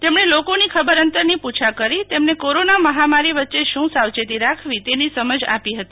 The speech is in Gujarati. તેમણેલોકોની ખબર અંતરની પૃચ્છા કરી તેમનો કોરોના મહામારી વચ્ચે શું સવાચેતી રાખવી તેની સમજ આપી ફતી